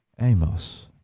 Amos